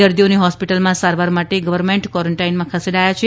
દર્દીઓને હોસ્પિટલમાં સારવાર માટે ગવર્મેન્ટ કોરાંટાઇનમાં ખસેડાયા છે